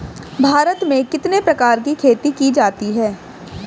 भारत में कितने प्रकार की खेती की जाती हैं?